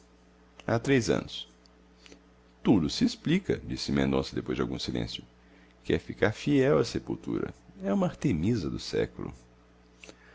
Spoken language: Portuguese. há três anos tudo se explica disse mendonça depois de algum silêncio quer ficar fiel à sepultura é uma artemisa do século